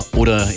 oder